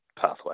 pathway